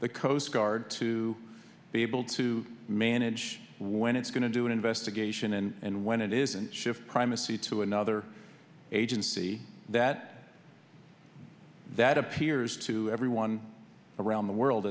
the coast guard to be able to manage when it's going to do an investigation and when it isn't shift primacy to another agency that that appears to everyone around the world